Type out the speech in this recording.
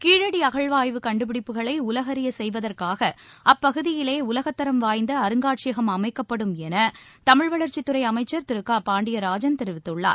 கீழடி அகழாய்வு கண்டுபிடிப்புகளை உலகறியச் செய்வதற்காக அப்பகுதியிலேய உலகத் தரம் வாய்ந்த அருங்காட்சியகம் அமைக்கப்படும் என தமிழ வளர்ச்சித்துறை அமைச்சர் திரு க பாண்டியராஜன் தெரிவித்துள்ளார்